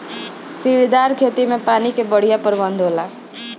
सीढ़ीदार खेती में पानी कअ बढ़िया प्रबंध होला